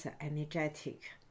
energetic